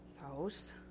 house